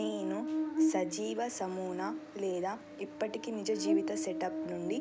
నేను సజీవ సమూన లేదా ఇప్పటికీ నిజ జీవిత సెటప్ నుండి